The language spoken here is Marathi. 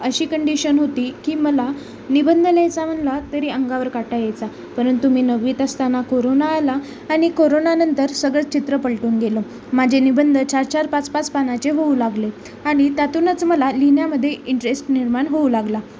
अशी कंडिशन होती की मला निबंध लिहायचा म्हणला तरी अंगावर काटा यायचा परंतु मी नऊवीत असताना कोरोना आला आणि कोरोनानंतर सगळं चित्र पलटून गेलो माझे निबंध चार चार पाच पाच पानाचे होऊ लागले आणि त्यातूनच मला लिहिण्यामध्ये इंटरेस्ट निर्माण होऊ लागला